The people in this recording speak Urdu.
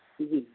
جی